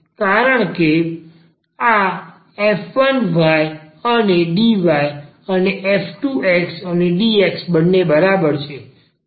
કારણ કે આ f 1 y અને dy અને આ f 2 x અને dx બંને બરાબર છે